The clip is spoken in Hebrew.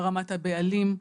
ברמת הבעלים,